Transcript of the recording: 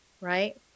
Right